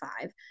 five